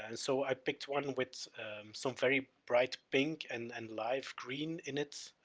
and so i picked one with some very bright pink and, and live green in it,